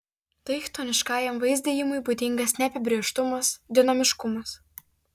tai chtoniškajam vaizdijimui būdingas neapibrėžtumas dinamiškumas